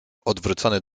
odwrócony